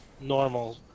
normal